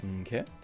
Okay